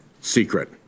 secret